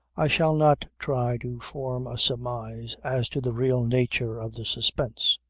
i shall not try to form a surmise as to the real nature of the suspense.